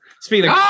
speaking